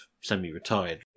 semi-retired